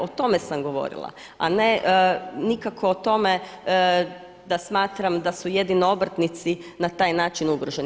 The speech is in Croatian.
O tome sam govorila, a ne nikako o tome da smatram da su jedino obrtnici na taj način ugroženi.